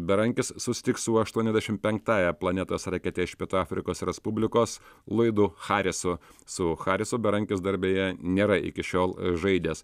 berankis susitiks su aštuoniasdešim penktąja planetos rakete iš pietų afrikos respublikos laidu haresu su haresu berankis dar beje nėra iki šiol žaidęs